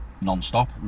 non-stop